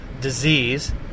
disease